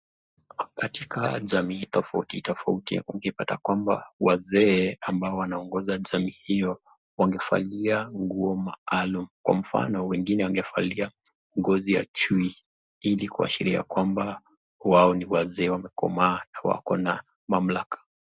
Katika jamii tofauti tofauti ungepata kwamba wazee ambao wanaongoza jamii hiyo wangevalia nguo maalum kwa mfano wengine wangevalia ngozi ya chui ili kuashiria kwamba wao ni wazee wamekomaa na wako na mamlaka.